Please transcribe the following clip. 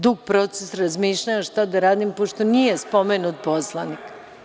Dug proces razmišljanja šta da radim, pošto nije spomenut poslanik.